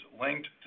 linked